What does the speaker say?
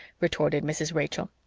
retorted mrs. rachel.